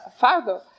Fardo